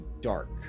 dark